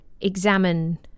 examine